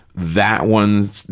that one's,